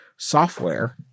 software